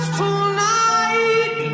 tonight